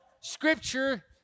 scripture